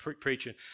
preaching